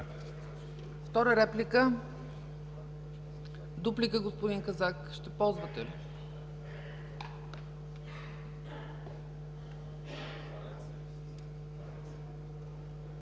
Втора реплика? Дуплика, господин Казак, ще ползвате ли?